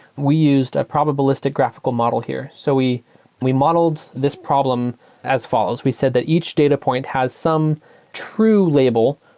we used a probabilistic graphical model here. so we we modeled this problem as follows. we said that each data point has some true label,